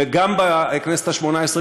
גם בכנסת השמונה-עשרה,